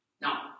Now